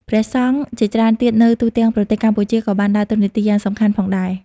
ព្រះសង្ឃជាច្រើនទៀតនៅទូទាំងប្រទេសកម្ពុជាក៏បានដើរតួនាទីយ៉ាងសំខាន់ផងដែរ។